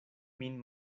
min